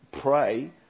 pray